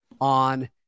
on